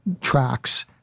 tracks